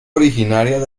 originaria